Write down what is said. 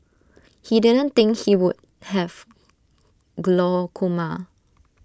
he didn't think he would have glaucoma